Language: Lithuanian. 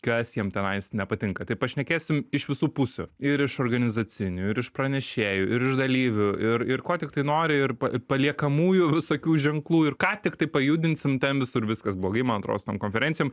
kas jiem tenais nepatinka tai pašnekėsim iš visų pusių ir iš organizacinių ir iš pranešėjų ir iš dalyvių ir ir ko tiktai nori ir pa paliekamųjų visokių ženklų ir ką tiktai pajudinsim ten visur viskas blogai man atrodo su tom konferencijom